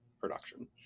production